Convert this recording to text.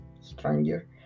stranger